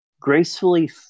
gracefully